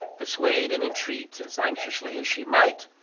persuade and entreat as anxiously as she might,